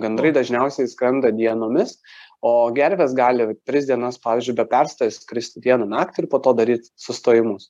gandrai dažniausiai skrenda dienomis o gervės gali tris dienas pavyzdžiui be perstojo skristi dieną naktį ir po to daryt sustojimus